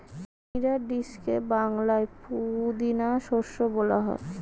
chia সিডকে বাংলায় পুদিনা শস্য বলা হয়